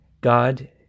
God